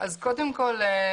קודם כל,